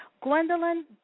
Gwendolyn